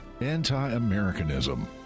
anti-Americanism